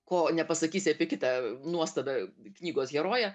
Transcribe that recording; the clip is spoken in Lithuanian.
ko nepasakysi apie kitą nuostabią knygos heroję